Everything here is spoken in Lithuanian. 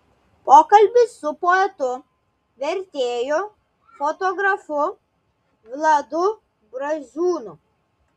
pokalbis su poetu vertėju fotografu vladu braziūnu